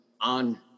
on